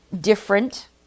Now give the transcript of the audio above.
different